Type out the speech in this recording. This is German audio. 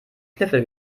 kniffel